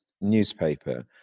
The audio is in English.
newspaper